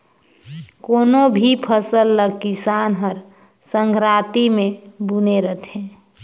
कोनो भी फसल ल किसान हर संघराती मे बूने रहथे